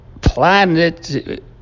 planet